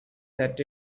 set